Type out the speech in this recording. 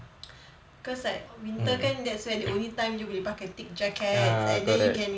cause like winter kan that's when the only time you boleh pakai thick jackets and then you can